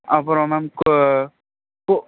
அப்புறம் மேம் கு கு